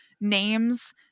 names